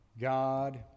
God